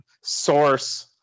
source